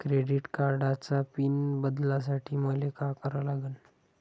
Credit कार्डाचा pin बदलासाठी मले का करा लागन?